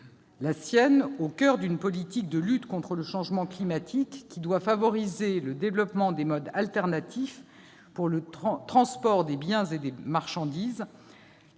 la sienne au coeur d'une politique de lutte contre le changement climatique qui doit favoriser le développement des modes alternatifs pour le transport des biens et des personnes,